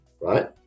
right